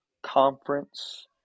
Conference